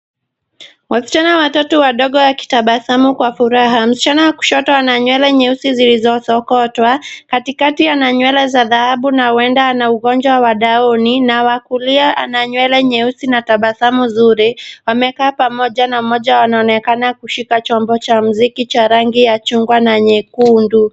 Wasichana watatu wadogo wakitabasamu kwa furaha. Msichana wa kushoto ana nywele nyeusi zilizosokotwa, katikati ana nywele za dhahabu na huenda ana ugonjwa wa daoni na wa kulia ana nywele nyeusi na tabasamu zuri. Wamekaa pamoja na mmoja anaonekana kushika chombo cha muziki cha rangi ya chungwa na nyekundu.